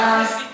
מה את מסיתה?